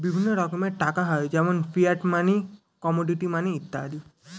বিভিন্ন রকমের টাকা হয় যেমন ফিয়াট মানি, কমোডিটি মানি ইত্যাদি